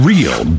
Real